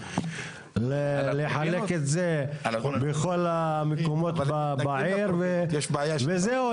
לחלק את זה בכל המקומות בעיר וזהו,